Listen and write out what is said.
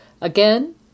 Again